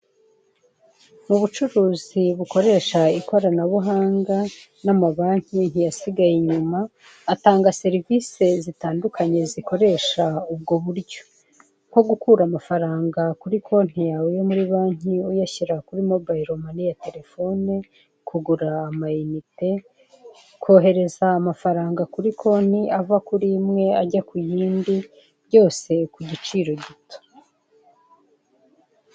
Mu bucuruzi bukoresha ikoranabuhanga n'amabanki ntiyasigaye inyuma atanga serivisi zitandukanye zikoresha ubwo buryo, nko gukura amafaranga kuri konti yawe yo muri banki uyashyira kuri mobayilo mani ya telefone, kugura amayinite, kohereza amafaranga kuri konti ava kuri imwe ajya ku yindi byose ku giciro gito.